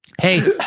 Hey